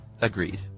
Agreed